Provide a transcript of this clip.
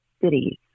cities